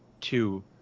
two